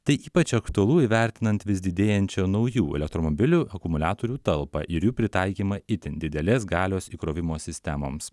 tai ypač aktualu įvertinant vis didėjančią naujų elektromobilių akumuliatorių talpą ir jų pritaikymą itin didelės galios įkrovimo sistemoms